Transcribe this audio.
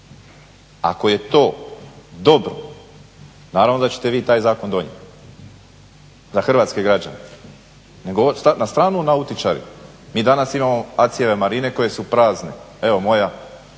Ako je to dobro, naravno da ćete vi taj zakon donijeti, za hrvatske građane. Nego ovo sad na stranu nautičari, mi danas imamo ACI-jeve marine koje su prazne. Evo moja